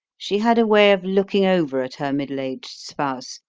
she had a way of looking over at her middle-aged spouse,